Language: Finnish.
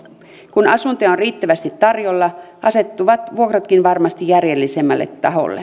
kun asuntoja on riittävästi tarjolla asettuvat vuokratkin varmasti järjellisemmälle